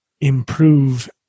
improve